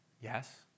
yes